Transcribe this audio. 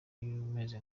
umeze